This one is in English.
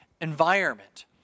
environment